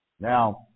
Now